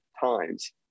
times